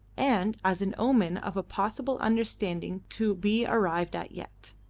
and as an omen of a possible understanding to be arrived at yet.